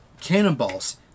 cannonballs